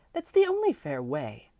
that's the only fair way.